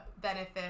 benefit